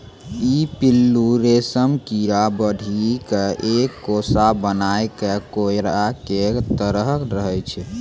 ई पिल्लू रेशम कीड़ा बढ़ी क एक कोसा बनाय कॅ कोया के तरह रहै छै